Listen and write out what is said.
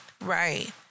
right